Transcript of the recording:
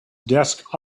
desk